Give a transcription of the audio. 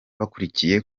babukereye